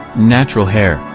natural hair,